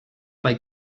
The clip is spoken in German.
bei